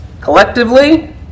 Collectively